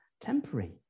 temporary